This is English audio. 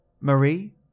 Marie